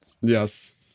Yes